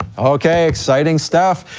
okay, exciting stuff.